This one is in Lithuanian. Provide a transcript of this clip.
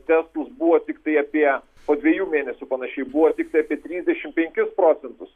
testus buvo tiktai apie po dviejų mėnesių panašiai buvo tiktai apie trisdešim penkis procentus